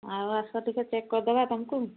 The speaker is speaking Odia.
ଆଉ ଆସ ଟିକେ ଚେକ୍ କରିଦେବା ତୁମକୁ